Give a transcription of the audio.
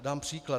Dám příklad.